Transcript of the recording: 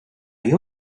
you